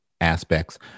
aspects